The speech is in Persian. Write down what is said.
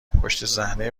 پشتصحنهی